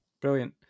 brilliant